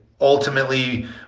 ultimately